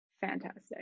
fantastic